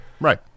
Right